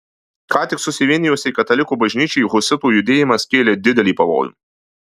ką tik susivienijusiai katalikų bažnyčiai husitų judėjimas kėlė didelį pavojų